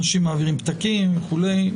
או שמעבירים פתקים וכולי.